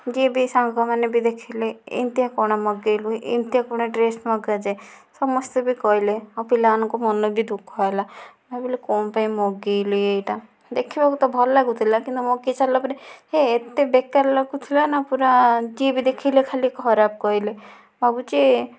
ଯିଏ ବି ସାଙ୍ଗମାନେ ବି ଦେଖିଲେ ଏମିତିଆ କଣ ମଗେଇଲୁ ଏମିତିଆ କଣ ଡ୍ରେସ ମଗାଯାଏ ସମସ୍ତେ ବି କହିଲେ ଆଉ ପିଲାମାନଙ୍କ ମନ ବି ଦୁଃଖ ହେଲା ଭାବିଲି କଣ ପାଇଁ ମଗେଇଲି ଏଇଟା ଦେଖିବାକୁ ତ ଭଲ ଲାଗୁଥିଲା କିନ୍ତୁ ମଗେଇ ସାରିଲା ପରେ ହେ ଏତେ ବେକାର ଲାଗୁଥିଲା ନା ପୁରା ଯିଏ ବି ଦେଖିଲେ ଖାଲି ଖରାପ କହିଲେ ଭାବୁଛି